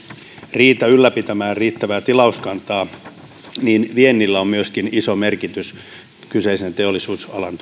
riitä ylläpitämään riittävää tilauskantaa niin viennillä on myöskin iso merkitys kyseisen teollisuusalan